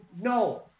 No